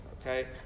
Okay